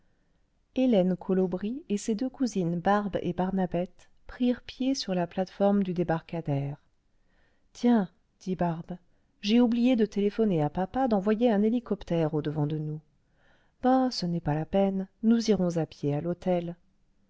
hélène colobry et ses deux cousines barbe et barnabette prirent pied sur la plate-forme du débarcadère tiens dit barbe j'ai oublié de téléphoner à papa d'envoyer un hélicoptère au-devant de nous bah ce n'est pas la peine nous irons à pied à l'hôtel